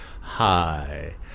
Hi